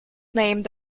named